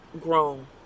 grown